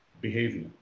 behavior